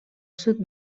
sud